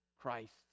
Christ